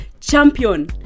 Champion